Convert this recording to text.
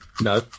No